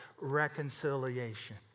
reconciliation